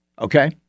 Okay